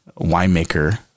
winemaker –